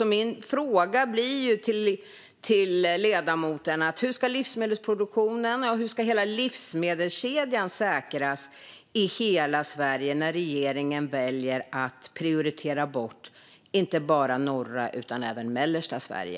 Min fråga till ledamoten blir: Hur ska livsmedelsproduktionen och hela livsmedelskedjan säkras i hela Sverige när regeringen väljer att prioritera bort inte bara norra utan även mellersta Sverige?